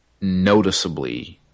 Noticeably